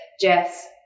Jess